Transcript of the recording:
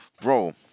bro